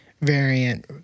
variant